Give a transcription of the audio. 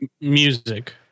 Music